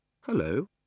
Hello